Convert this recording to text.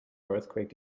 earthquake